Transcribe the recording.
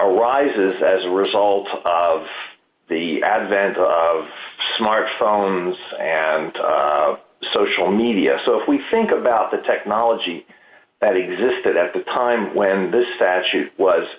arises as a result of the advent of smartphones and social media so if we think about the technology that existed at the time when the statute was